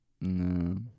no